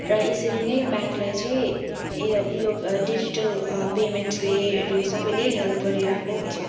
र यसरी नै ब्याङ्कलाई चाहिँ यो यो डिजिटल पेमेन्टलेहरू सबैले हेल्प गरिरहेको छ